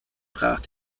brach